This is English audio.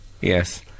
Yes